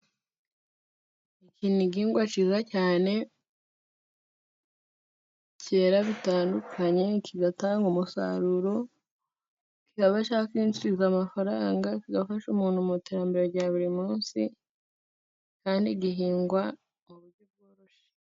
Iki ni igihingwa cyiza cyane, cyera bitandukanye kigatanga umusaruro kikaba cya kwinjiza amafaranga, kigafasha umuntu mu iterambere rya buri munsi kandi gihingwa mu buryo bworoshye.